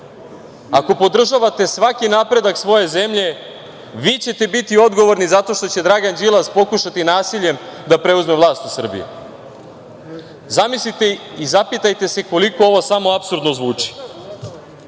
ako podržavate svaki napredak svoje zemlje, vi ćete biti odgovorni zato što će Dragan Đilas pokušati nasiljem da preuzme vlast u Srbiji. Zamislite i zapitajte se koliko ovo samo apsurdno